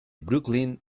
brooklyn